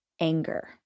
anger